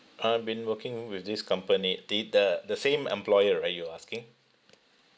I've been working with this company the uh the same employer right you're asking